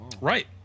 Right